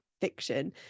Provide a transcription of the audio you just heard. fiction